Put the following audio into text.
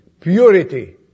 purity